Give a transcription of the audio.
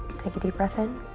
take a deep breath in.